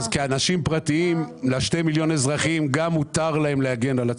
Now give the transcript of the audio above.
גם לשני מיליון האזרחים מותר להגן על עצמם.